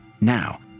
Now